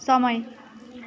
समय